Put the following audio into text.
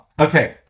okay